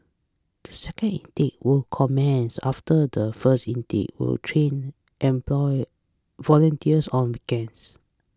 the second intake will commence after the first intake will train employ volunteers on weekends